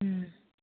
ꯎꯝ